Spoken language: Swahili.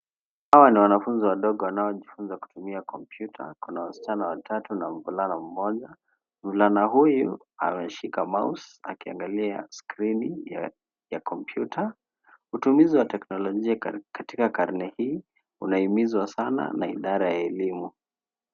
Hawa ni wanafunzi wadogo wanaojifunza kutumia kompyuta; kuna wasichana watatu na mvulana mmoja. Mvulana huyu ameshika mouse akiangalia skrini ya kompyuta. Utumizi wa teknolojia katika karne hii unahimizwa sana na idara ya elimu.